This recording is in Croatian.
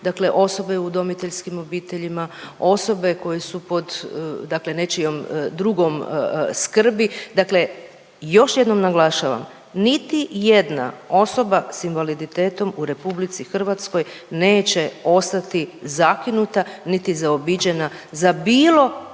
osobe u udomiteljskim obiteljima, osobe koje su pod nečijom drugom skrbi. Dakle, još jednom naglašavam niti jedna osoba s invaliditetom u RH neće ostati zakinuta niti zaobiđena za bilo